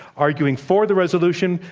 arguing for the resolution,